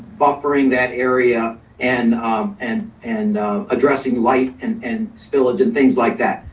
buffering that area and and and addressing light and and spillage and things like that.